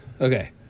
Okay